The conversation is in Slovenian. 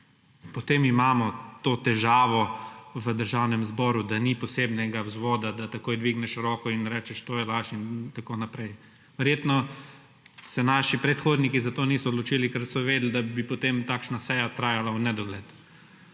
potem imamo to težavo v Državnem zboru, da ni posebnega vzvoda, da takoj dvigneš roko in rečeš, to je laž, in tako naprej. Verjetno se naši predhodniki za to niso odločili, ker so vedeli, da bi potem takšna seja trajala v nedogled.